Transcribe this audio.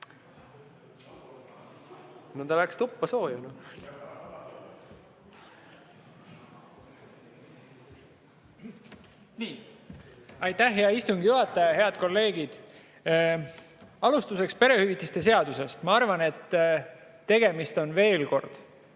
No ta läks tuppa sooja, muidugi. Aitäh, hea istungi juhataja! Head kolleegid! Alustuseks perehüvitiste seadusest. Ma arvan, et tegemist on ühe